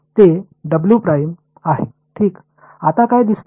ते आहे ठीक आता काय दिसते